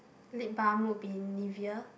lip balm would be Nivea